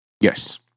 Yes